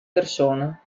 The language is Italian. persona